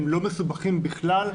הם לא מסובכים בכלל.